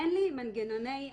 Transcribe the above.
אין לי מנגנוני החייאה.